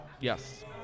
Yes